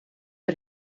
der